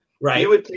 Right